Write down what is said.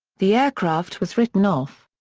the aircraft was written off.